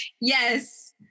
yes